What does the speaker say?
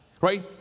Right